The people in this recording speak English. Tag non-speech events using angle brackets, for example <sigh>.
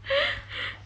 <laughs>